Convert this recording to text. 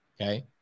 okay